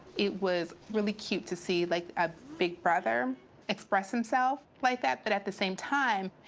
it was really cute to see like a big brother express himself like that, but at the same time,